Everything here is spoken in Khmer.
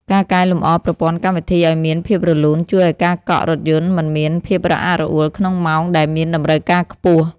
ការកែលម្អប្រព័ន្ធកម្មវិធីឱ្យមានភាពរលូនជួយឱ្យការកក់រថយន្តមិនមានភាពរអាក់រអួលក្នុងម៉ោងដែលមានតម្រូវការខ្ពស់។